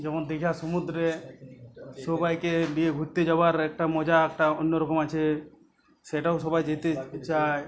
যেমন দীঘার সমুদ্রে সবাইকে নিয়ে ঘুরতে যাওয়ার একটা মজা একটা অন্য রকম আছে সেটাও সবাই যেতে চায়